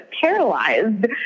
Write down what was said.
paralyzed